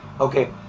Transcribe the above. okay